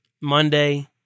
Monday